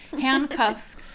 handcuff